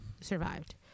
survived